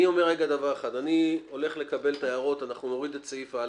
אני הולך לקבל את ההערות אנחנו נוריד את סעיף (א).